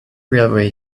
railway